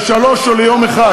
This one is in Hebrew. לשלוש או ליום אחד.